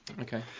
Okay